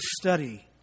study